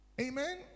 Amen